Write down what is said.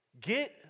get